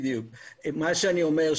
מה שאני אומר,